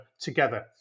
together